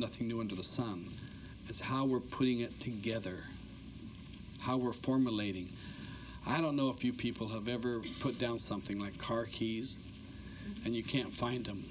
nothing new under the sun is how we're putting it together how we're formulating i don't know if you people have ever put down something like car keys and you can't find them